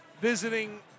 visiting